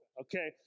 okay